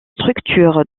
structure